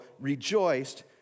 rejoiced